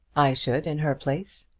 i should in her place.